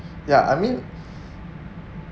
ya I mean